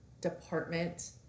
department